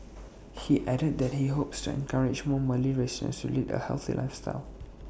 he added that he hopes to encourage more Malay residents to lead A healthy lifestyle